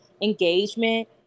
engagement